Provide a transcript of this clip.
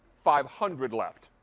five hundred left.